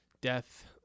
death